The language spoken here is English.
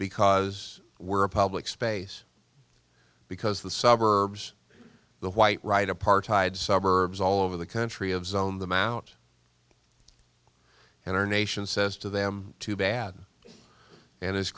because we're a public space because the suburbs the white right apartheid suburbs all over the country of zone them out and our nation says to them too bad and as